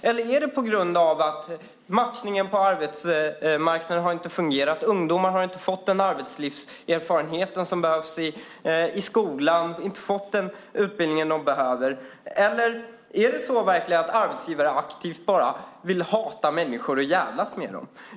Eller är det så att matchningen på arbetsmarknaden inte har fungerat och att ungdomar inte har fått den arbetslivserfarenhet som behövs och inte har fått den utbildning som de behöver? Är det verkligen så att arbetsgivare aktivt bara vill hata människor och djävlas med dem?